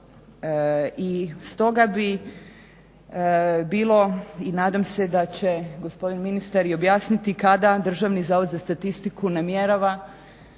I stoga bi bilo i nadam se da će gospodin ministar i objasniti kada Državni zavod za statistiku namjerava